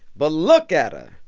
but look at her.